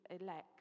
elect